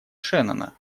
шеннона